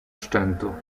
szczętu